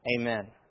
Amen